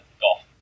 golf